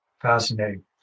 Fascinating